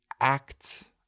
acts